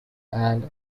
and